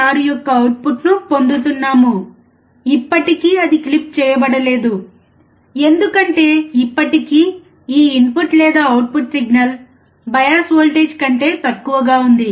6 యొక్క అవుట్పుట్ను పొందుతున్నాము ఇప్పటికీ అది క్లిప్ చేయబడలేదు ఎందుకంటే ఇప్పటికీ ఈ ఇన్పుట్ లేదా అవుట్పుట్ సిగ్నల్ బయాస్ వోల్టేజ్ కంటే తక్కువగా ఉంది